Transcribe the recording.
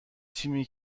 تیمی